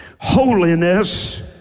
Holiness